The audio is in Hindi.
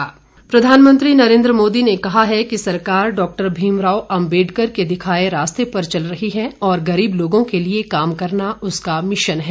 प्रधानमंत्री प्रधानमंत्री नरेंद्र मोदी ने कहा है कि सरकार डॉक्टर भीमराव अम्बेडकर के दिखाए रास्ते पर चल रही है और गरीब लोगों के लिये काम करना उसका मिशन है